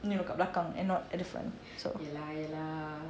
you know kat belakang and not at the front so